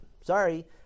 Sorry